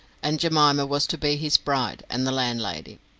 and jemima was to be his bride, and the landlady.